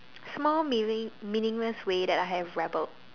small meaningless way that I have rebel